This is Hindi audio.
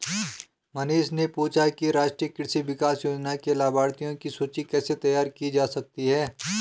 मनीष ने पूछा कि राष्ट्रीय कृषि विकास योजना के लाभाथियों की सूची कैसे तैयार की जा सकती है